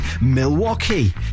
Milwaukee